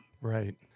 Right